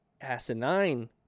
Asinine